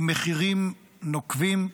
עם מחירים נוקבים,